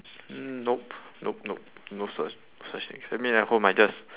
nope nope nope no suc~ such thing I mean at home I just